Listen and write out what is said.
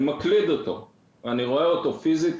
שאותו אני רואה פיזית.